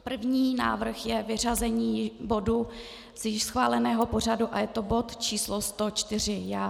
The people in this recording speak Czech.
První návrh je vyřazení bodu z již schváleného pořadu a je to bod číslo 104.